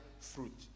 fruit